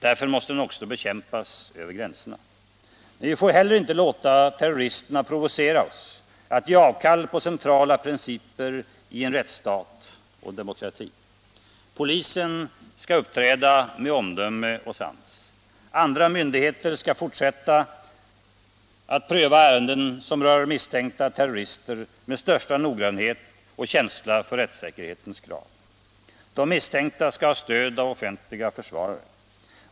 Därför måste den också bekämpas över gränserna. Vi får heller inte låta terroristerna provocera oss att göra avkall på centrala principer i en rättsstat och demokrati. Polisen skall uppträda med omdöme och sans. Andra myndigheter skall pröva ärenden som rör misstänkta terrorister med största noggrannhet och känsla för rättssäkerhetens krav. De misstänkta skall ha stöd av offentliga försvarare.